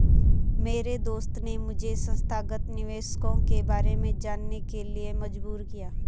मेरे दोस्त ने मुझे संस्थागत निवेशकों के बारे में जानने के लिए मजबूर किया